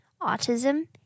autism